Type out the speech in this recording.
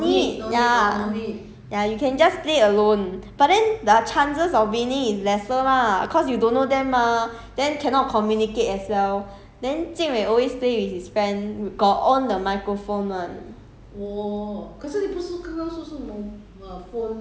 四个 other people 一起玩 no don't need ya you can just play alone but then the chances of winning is lesser lah cause you don't know them mah then cannot communicate as well then jing wei always play with his friend got on the microphone [one]